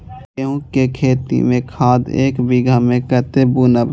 गेंहू के खेती में खाद ऐक बीघा में कते बुनब?